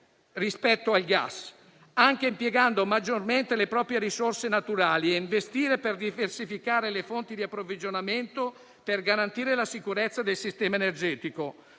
rispetto al gas, anche impiegando maggiormente le proprie risorse naturali e investire per diversificare le fonti di approvvigionamento per garantire la sicurezza del sistema energetico.